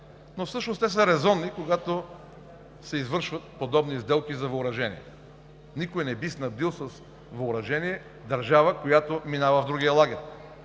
но всъщност са резонни, когато се извършват подобни сделки за въоръжение. Никой не би снабдил с въоръжение държава, която минава в другия лагер.